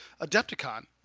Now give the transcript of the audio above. Adepticon